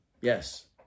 Yes